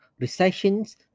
Recessions